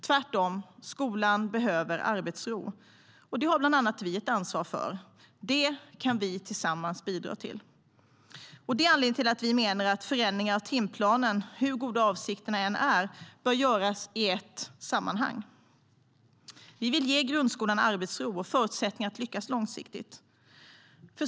Tvärtom, skolan behöver arbetsro. Det har bland annat vi ett ansvar för. Det kan vi tillsammans bidra till. Vi vill ge grundskolan arbetsro och förutsättningar att lyckas långsiktigt.